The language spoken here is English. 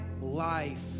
life